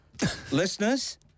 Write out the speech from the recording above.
Listeners